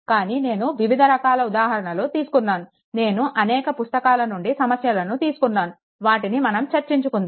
కానీ నేను వివిధ రకాల ఉదాహరణలు తీసుకున్నాను నేను అనేక పుస్తకాల నుండి సమస్యలను తీసుకున్నాను వాటిని మనం చర్చించుకుందాం